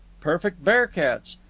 perfect bear-cats.